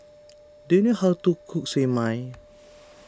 do you know how to cook Siew Mai